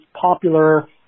popular